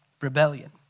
Rebellion